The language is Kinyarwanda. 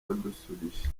badusubije